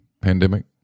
pandemic